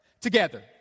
Together